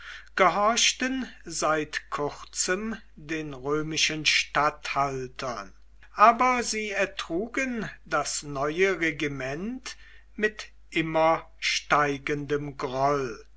gehorchten seit kurzem den römischen statthaltern aber sie ertrugen das neue regiment mit immer steigendem groll